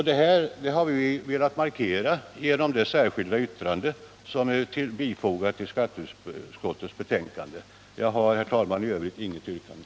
Detta har vi velat markera genom ett särskilt yttrande som fogats vid skatteutskottets betänkande. Herr talman! Jag har i övrigt inget yrkande.